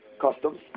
customs